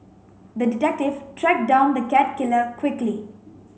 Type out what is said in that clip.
the detective tracked down the cat killer quickly